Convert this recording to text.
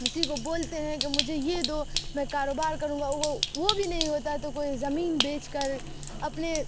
کسی کو بولتے ہیں کہ مجھے یہ دو میں کاروبار کروں گا وہ وہ بھی نہیں ہوتا تو کوئی زمین بیچ کر اپنے